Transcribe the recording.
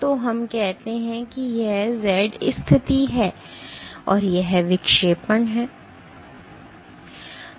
तो हम कहते हैं कि यह z स्थिति है और यह विक्षेपण है